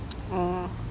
orh